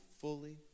fully